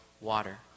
water